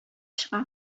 чыга